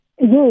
yes